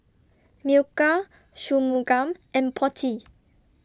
Milkha Shunmugam and Potti